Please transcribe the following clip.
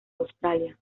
australia